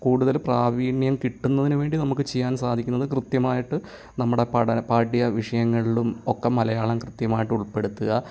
കൂടുതൽ പ്രാവീണ്യം കിട്ടുന്നതിനു വേണ്ടി നമുക്ക് ചെയ്യാൻ സാധിക്കുന്നത് കൃത്യമായിട്ട് നമ്മുടെ പഠന പാഠ്യ വിഷയങ്ങളിലും ഒക്കെ മലയാളം കൃത്യമായിട്ട് ഉൾപ്പെടുത്തുക